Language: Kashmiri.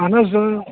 اَہَن حظ اۭں